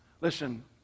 listen